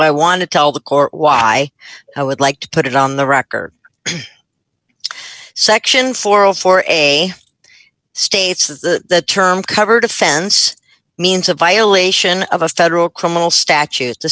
i want to tell the court why i would like to put it on the record section four all for a states that the term covered offense means a violation of a federal criminal statute the